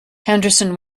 henderson